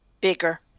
Bigger